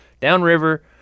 downriver